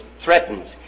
threatens